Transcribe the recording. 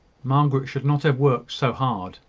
margaret should not have worked so hard.